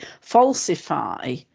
falsify